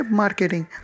marketing